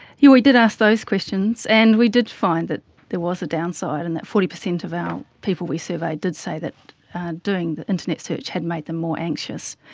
yeah we did ask those questions and we did find that there was a downside and that forty percent of our people we surveyed did say that doing the internet search had made them more anxious.